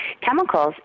chemicals